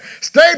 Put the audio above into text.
stay